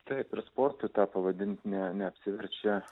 taip ir sportu tą pavadint ne neapsiverčia